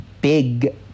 big